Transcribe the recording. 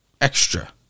extra